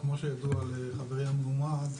כמו שידוע לחברי המלומד,